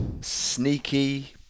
sneaky